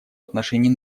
отношении